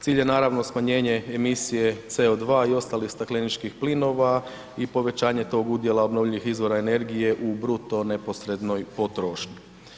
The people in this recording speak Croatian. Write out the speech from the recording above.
Cilj je naravno smanjenje emisije CO2 i ostalih stakleničkih plinova i povećanje tog udjela obnovljivih izvora energije u bruto neposrednoj potrošnji.